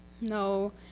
no